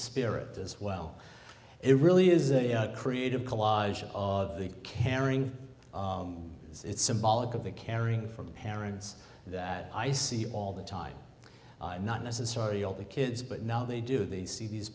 spirit as well it really is a creative collage of the caring it's symbolic of the caring from the parents that i see all the time not necessarily all the kids but now they do they see these